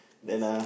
then ah